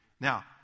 Now